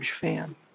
fan